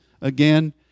again